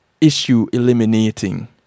issue-eliminating